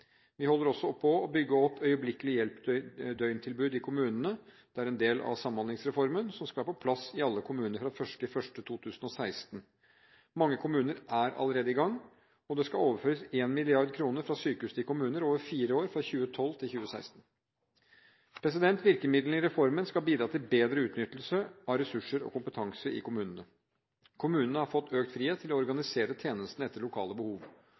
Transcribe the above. Vi holder også på å bygge opp øyeblikkelig hjelp-døgntilbud i kommunene. Det er en del av Samhandlingsreformen som skal være på plass i alle kommuner fra den 1. januar 2016. Mange kommuner er allerede i gang, og det skal overføres 1 mrd. kr fra sykehus til kommuner over fire år, fra 2012 til 2016. Virkemidlene i reformen skal bidra til bedre utnyttelse av ressurser og kompetanse i kommunene. Kommunene har fått økt frihet til å organisere tjenestene etter lokale behov.